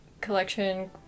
collection